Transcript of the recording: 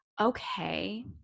okay